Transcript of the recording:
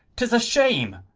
tis a shame.